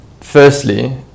firstly